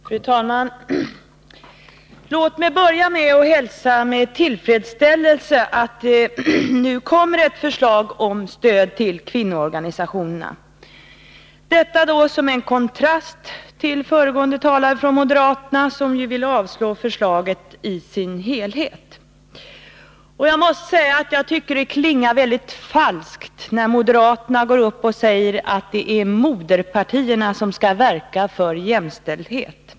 Fru talman! Låt mig börja med att med tillfredsställelse hälsa att det nu kommer ett förslag om stöd till kvinnoorganisationerna — detta då som en kontrast till föregående talare, från moderaterna, som ju vill att man skall avslå förslaget i sin helhet. Jag måste säga att jag tycker det klingar väldigt falskt när moderaterna går upp och säger att det är moderpartierna som skall verka för jämställdhet.